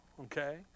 okay